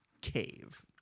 cave